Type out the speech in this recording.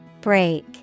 Break